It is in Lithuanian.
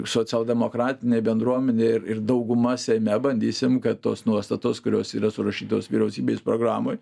socialdemokratinė bendruomenė ir dauguma seime bandysim kad tos nuostatos kurios yra surašytos vyriausybės programoj